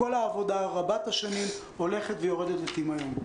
העבודה רבת השנים הולכת ויורדת לטמיון.